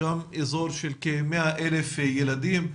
זה אזור של כ-100,000 ילדים,